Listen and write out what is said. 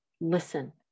listen